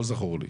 לא זכור לי.